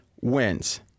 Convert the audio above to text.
wins